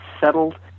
settled